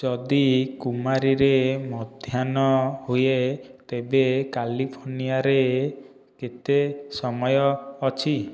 ଯଦି କୁମାରୀରେ ମଧ୍ୟାହ୍ନ ହୁଏ ତେବେ କାଲିଫର୍ନିଆରେ କେତେ ସମୟ ଅଛି